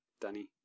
Danny